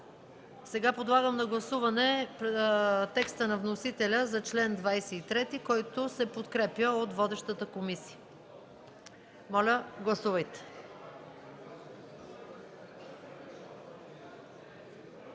Сега подлагам на гласуване текста на вносителя за чл. 28, който се подкрепя от водещата комисия. Моля, гласувайте.